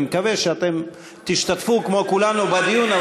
אני מקווה שתשתתפו כמו כולנו בדיון,